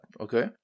okay